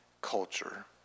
Culture